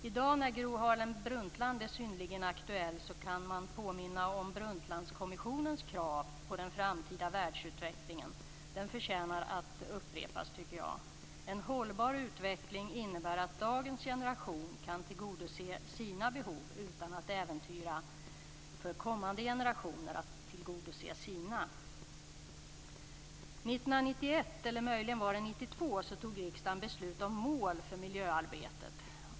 I dag när Gro Harlem Brundtland är synnerligen aktuell kan man påminna om Brundtlandkommissionens krav på den framtida världsutvecklingen. De förtjänar att upprepas. En hållbar utveckling innebär att dagens generation kan tillgodose sina behov utan att äventyra för kommande generationer att tillgodose sina. År 1991, eller möjligen 1992, fattade riksdagen beslut om mål för miljöarbetet.